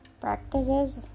Practices